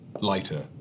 lighter